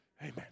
Amen